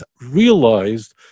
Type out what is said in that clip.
realized